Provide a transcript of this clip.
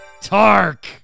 Tark